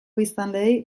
biztanleei